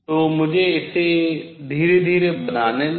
तो मुझे इसे धीरे धीरे बनाने दें